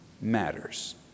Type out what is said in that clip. matters